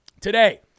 today